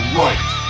right